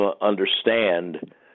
understand